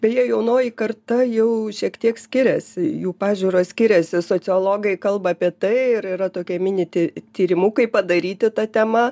beje jaunoji karta jau šiek tiek skiriasi jų pažiūros skiriasi sociologai kalba apie tai ir yra toke mini ty tyrimukai padaryti ta tema